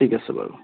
ঠিক আছে বাৰু